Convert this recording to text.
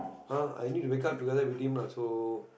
ah I need to wake up together with him lah so